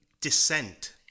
dissent